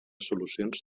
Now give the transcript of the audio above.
solucions